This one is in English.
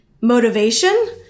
motivation